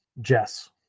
Jess